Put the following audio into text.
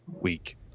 week